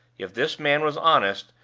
if this man was honest,